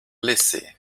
lizzie